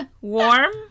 Warm